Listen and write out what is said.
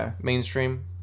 mainstream